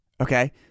Okay